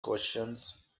questions